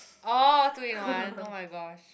oh two in one oh-my-gosh